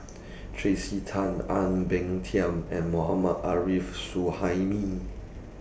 Tracey Tan Ang Peng Tiam and Mohammad Arif Suhaimi